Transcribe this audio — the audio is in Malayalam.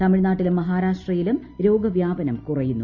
തമിഴ്നാട്ടിലും മഹാരാഷ്ട്രയിലും രോഗവ്യാപനം കുറയുന്നു